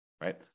right